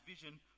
vision